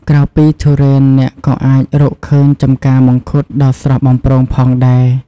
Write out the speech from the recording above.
ក្រៅពីទុរេន អ្នកក៏អាចរកឃើញចម្ការមង្ឃុតដ៏ស្រស់បំព្រងផងដែរ។